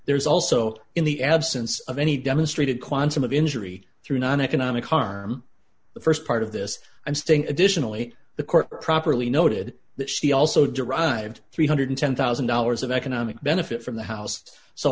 there is also in the absence of any demonstrated quantum of injury through non economic harm the st part of this i'm staying additionally the court properly noted that she also derived three hundred and ten thousand dollars of economic benefit from the house so